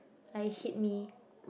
I hit me